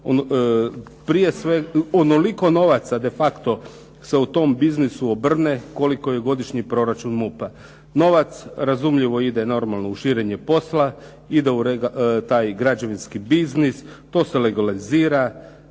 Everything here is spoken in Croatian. Onoliko novaca de facto se u tom biznisu obrne koliki je godišnji proračun MUP-a. Novac razumljivo ide normalno u širenje posla, ide u taj građevinski biznis. To se legalizira.